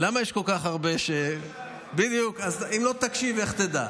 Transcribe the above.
למה יש כל כך הרבה, אם לא תשאל איך תדע.